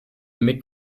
mit